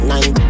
Nine